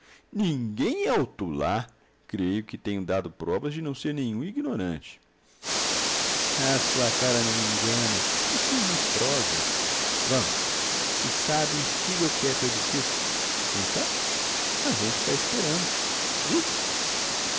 ninguém alto lá creio que tenho dado provas de não ser nenhum ignorante a sua cara não me engana você é muito prosa vamos se sabe diga o que é plebiscito então a gente está esperando diga